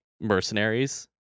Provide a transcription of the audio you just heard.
mercenaries